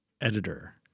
Editor